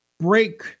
break